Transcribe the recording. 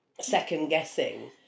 second-guessing